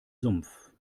sumpf